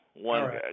One